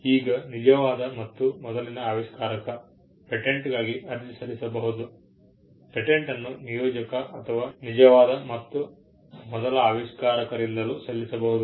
ಈಗ ನಿಜವಾದ ಮತ್ತು ಮೊದಲ ಆವಿಷ್ಕಾರಕ ಪೇಟೆಂಟ್ಗಾಗಿ ಅರ್ಜಿ ಸಲ್ಲಿಸಬಹುದು ಪೇಟೆಂಟ್ ಅನ್ನು ನಿಯೋಜಕ ಅಥವಾ ನಿಜವಾದ ಮತ್ತು ಮೊದಲ ಆವಿಷ್ಕಾರಕರಿಂದಲೂ ಸಲ್ಲಿಸಬಹುದು